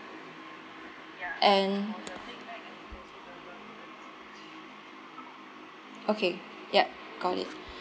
and okay ya got it